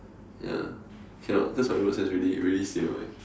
ya cannot cause my road sense really really C_M_I